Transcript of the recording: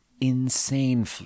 Insane